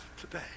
today